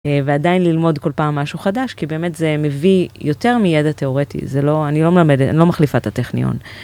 ועדיין ללמוד כל פעם משהו חדש כי באמת זה מביא יותר מידע תיאורטי זה לא אני מלמדת, אני לא מחליפה את הטכניון.